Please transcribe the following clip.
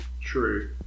True